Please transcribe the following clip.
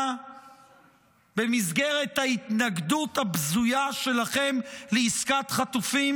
במסגרת ההתנגדות הבזויה שלכם לעסקת חטופים?